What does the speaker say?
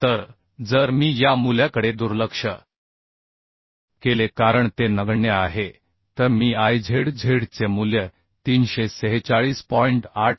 तर जर मी या मूल्याकडे दुर्लक्ष केले कारण ते नगण्य आहे तर मी I zz चे मूल्य 346